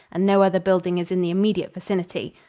and no other building is in the immediate vicinity.